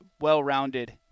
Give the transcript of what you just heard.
well-rounded